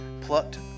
plucked